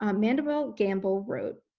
ah mandeville-gamble wrote,